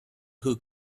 who